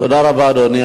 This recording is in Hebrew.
תודה רבה, אדוני.